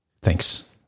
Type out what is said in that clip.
Thanks